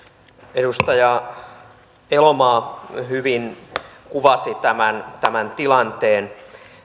edustaja elomaa hyvin kuvasi tämän tämän tilanteen